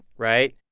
right?